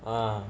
uh